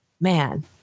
man